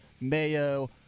mayo